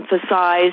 emphasize